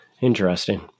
Interesting